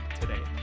today